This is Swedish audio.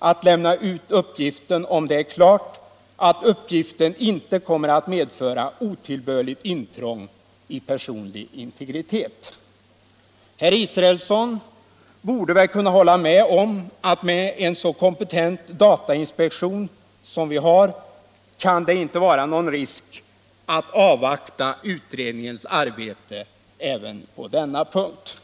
utlämning av uppgift bara om det är klart att uppgiften inte kommer att medföra otillbörligt intrång i personlig integritet. Herr Israelsson borde kunna hålla med om att det med en så kompetent datainspektion som vi har inte kan innebära någon risk att avvakta utredningens arbete även på denna punkt.